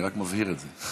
אני רק מבהיר את זה.